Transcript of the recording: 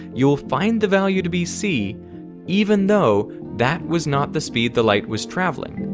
you'll find the value to be c even though that was not the speed the light was traveling.